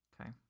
Okay